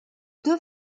deux